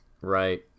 Right